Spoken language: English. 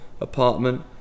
apartment